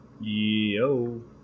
Yo